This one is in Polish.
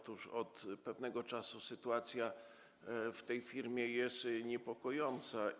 Otóż od pewnego czasu sytuacja w tej firmie jest niepokojąca.